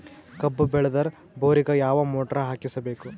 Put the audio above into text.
ಕಬ್ಬು ಬೇಳದರ್ ಬೋರಿಗ ಯಾವ ಮೋಟ್ರ ಹಾಕಿಸಬೇಕು?